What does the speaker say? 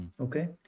okay